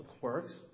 quirks